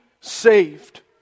saved